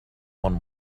one